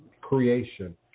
creation